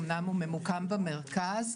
אמנם הוא ממוקם במרכז,